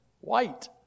white